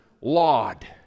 laud